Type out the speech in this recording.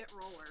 roller